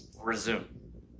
Resume